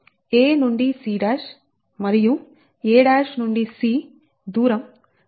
a నుండి c మరియు a నుండి c దూరం 7